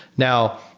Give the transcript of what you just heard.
now,